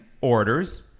orders